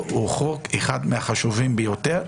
הוא אחד החוקים החשובים ביותר.